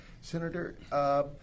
Senator